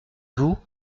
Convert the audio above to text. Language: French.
vous